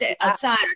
outside